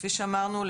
כפי שאמרנו,